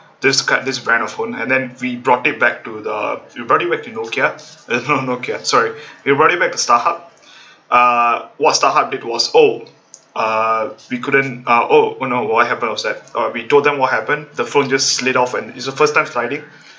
this kind this brand of phone and then we brought it back to the we brought it back to nokia eh not nokia sorry we brought it back to starhub uh what starhub did was oh ah we couldn't ah oh no what happened was that uh we told them what happened the phone just slid off and is the first time sliding